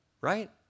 right